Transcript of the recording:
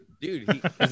Dude